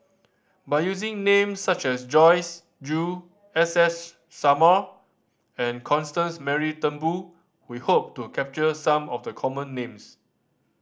by using names such as Joyce Jue S S Sarma and Constance Mary Turnbull we hope to capture some of the common names